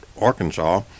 Arkansas